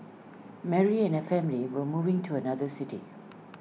Mary and her family were moving to another city